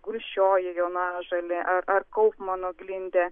gulsčioji jonažolė ar ar kaufmano glindė